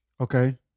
Okay